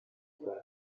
kumwe